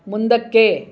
ಮುಂದಕ್ಕೆ